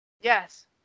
Yes